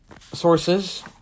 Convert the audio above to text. Sources